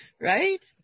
Right